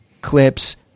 clips